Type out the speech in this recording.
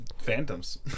Phantoms